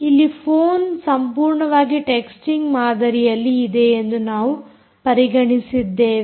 ಇಲ್ಲಿ ಫೋನ್ ಸಂಪೂರ್ಣವಾಗಿ texting ಮಾದರಿಯಲ್ಲಿ ಇದೆ ಎಂದು ನಾವು ಪರಿಗಣಿಸಿದ್ದೇವೆ